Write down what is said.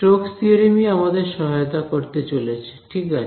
Stokes theorem ই আমাদের সহায়তা করতে চলেছে ঠিক আছে